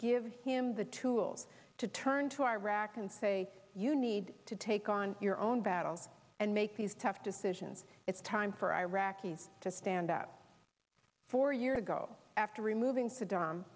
give him the tools to turn to iraq and say you need to take on your own battle and make these tough decisions it's time for iraqis to stand up four years ago after removing saddam